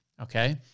Okay